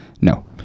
No